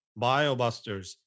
BioBusters